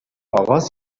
آغاز